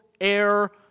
air